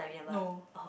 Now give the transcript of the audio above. no